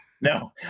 no